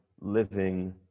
living